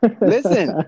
Listen